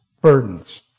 burdens